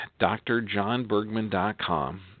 drjohnbergman.com